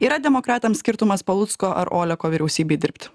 yra demokratams skirtumas palucko ar oleko vyriausybėj dirbt